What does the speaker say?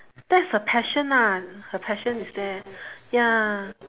that's her passion ah her passion is there ya